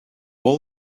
all